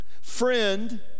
Friend